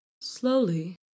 Slowly